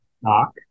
stock